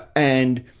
and,